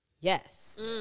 Yes